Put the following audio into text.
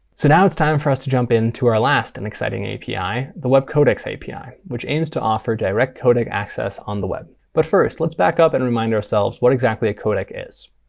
so now it's time for us to jump into our last and exciting api, the webcodecs api, which aims to offer direct codec access on the web. but first, let's back up and remind ourselves what exactly a codec is.